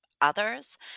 Others